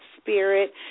spirit